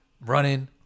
Running